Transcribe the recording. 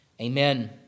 Amen